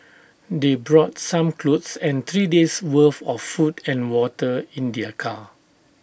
they brought some clothes and three days' worth of food and water in their car